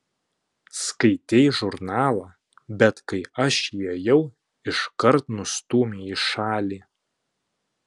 skaitei žurnalą bet kai aš įėjau iškart nustūmei į šalį